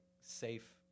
safe